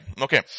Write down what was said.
Okay